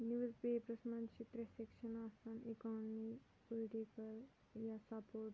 news papers منٛز چھِ ترٛےٚ سٮ۪کشَن آسان اِکانمی پُلٹِکَل یا سَپوٹٕس